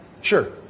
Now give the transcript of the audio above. Sure